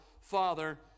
father